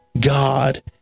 God